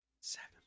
seven